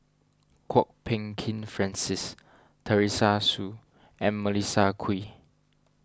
Kwok Peng Kin Francis Teresa Hsu and Melissa Kwee